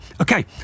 okay